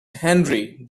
henri